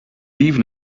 leave